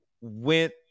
went